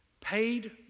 paid